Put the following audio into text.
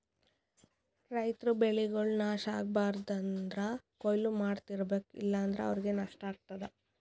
ರೈತರ್ ಬೆಳೆಗಳ್ ನಾಶ್ ಆಗ್ಬಾರ್ದು ಅಂದ್ರ ಕೊಯ್ಲಿ ಮಾಡ್ತಿರ್ಬೇಕು ಇಲ್ಲಂದ್ರ ಅವ್ರಿಗ್ ನಷ್ಟ ಆಗ್ತದಾ